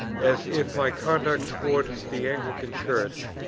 as if my conduct towards the anglican church,